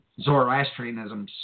Zoroastrianism